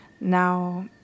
Now